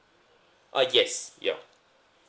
uh yes yeah